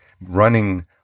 running